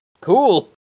cool